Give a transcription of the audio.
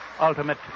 ultimate